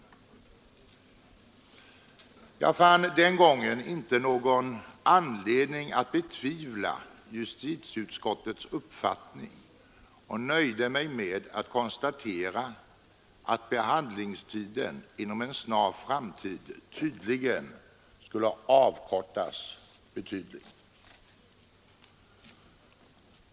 Jag fann den gången inte någon anledning att betvivla justitieutskottets uppfattning och nöjde mig med att konstatera att behandlingstiden inom en snar framtid tydligen skulle avkortas väsentligt.